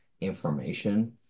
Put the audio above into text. information